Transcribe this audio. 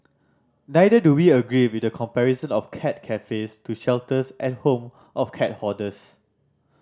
neither do we agree with the comparison of cat cafes to shelters and the home of cat hoarders